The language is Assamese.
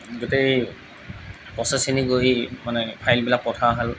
গোটেই প্ৰচেছখিনি গৈ মানে ফাইলবিলাক পঠোৱা হ'ল